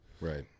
right